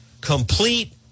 Complete